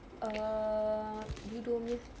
err judo punya